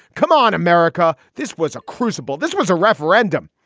come on, america. this was a crucible. this was a referendum.